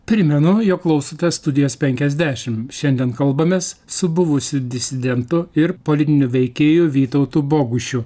primenu jog klausitės studijos penkiasdešim šiandien kalbamės su buvusiu disidentu ir politiniu veikėju vytautu bogušiu